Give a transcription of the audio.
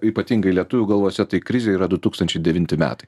ypatingai lietuvių galvose tai krizė yra du tūkstančiai devinti metai